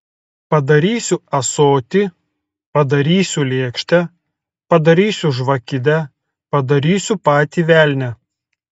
padarysiu ąsotį padarysiu lėkštę padarysiu žvakidę padarysiu patį velnią